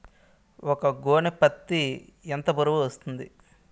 ఒక గోనె పత్తి ఎంత బరువు వస్తుంది?